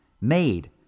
made